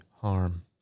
Harm